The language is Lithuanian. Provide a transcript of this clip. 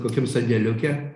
kokiam sandėliuke